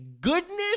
goodness